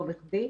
ולא בכדי.